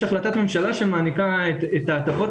יש החלטת ממשלה שמעניקה את ההטבות.